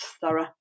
thorough